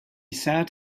sat